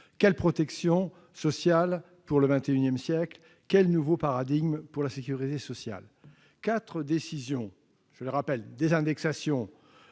Quelle protection sociale pour le XXI siècle ? Quel nouveau paradigme pour la sécurité sociale ? Quatre décisions concourent, à mon sens,